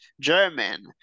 German